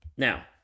Now